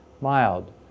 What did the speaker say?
mild